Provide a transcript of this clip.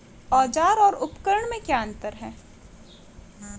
औज़ार और उपकरण में क्या अंतर है?